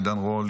עידן רול,